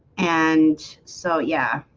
and so yeah